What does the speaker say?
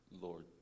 lord